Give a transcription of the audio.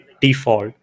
default